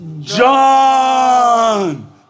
John